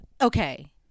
Okay